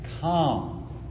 come